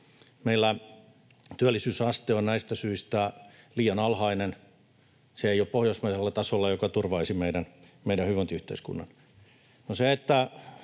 Meillä työllisyysaste on näistä syistä liian alhainen. Se ei ole pohjoismaisella tasolla, joka turvaisi meidän hyvinvointiyhteiskunnan.